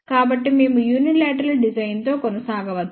కాబట్టి మేము unilateral design తో కొనసాగవచ్చు